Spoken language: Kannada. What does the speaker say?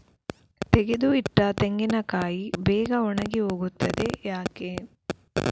ತೆಗೆದು ಇಟ್ಟ ತೆಂಗಿನಕಾಯಿ ಬೇಗ ಒಣಗಿ ಹೋಗುತ್ತದೆ ಯಾಕೆ?